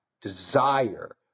desire